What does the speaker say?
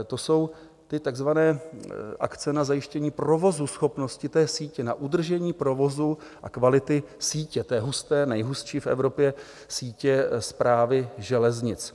To jsou ty takzvané akce na zajištění provozuschopnosti té sítě, na udržení provozu a kvality sítě, té husté, nejhustší v Evropě, sítě Správy železnic.